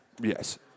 Yes